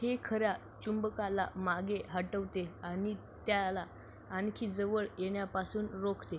हे खऱ्या चुंबकाला मागे हटवते आणि त्याला आणखी जवळ येण्यापासून रोखते